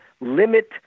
limit